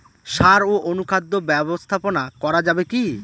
সাড় ও অনুখাদ্য ব্যবস্থাপনা করা যাবে কি?